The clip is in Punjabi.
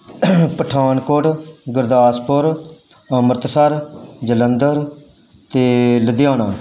ਪਠਾਨਕੋਟ ਗੁਰਦਾਸਪੁਰ ਅੰਮ੍ਰਿਤਸਰ ਜਲੰਧਰ ਅਤੇ ਲੁਧਿਆਣਾ